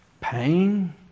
pain